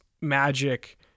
magic